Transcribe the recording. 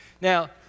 Now